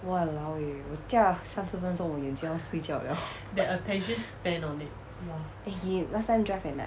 !walao! eh 我驾了三十分钟我眼睛要睡觉 liao !wah! he last time drive at night